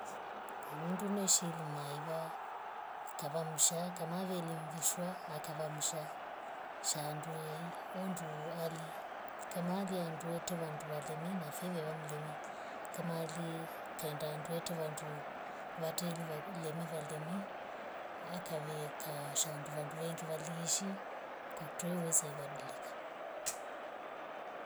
Mndu eshilima iva kawa msha kamaweli mvishwa akava msha shandu wei hundu ali kama liandu wete vandu valime na fivee wangelewi kamali kaenda andu wete vandu vateli vakuli- lemi- val- lemi akavieka shandu vanduenge valieshi kwa kutwe weisa ibadilika.